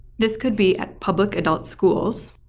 this could be at public adult schools,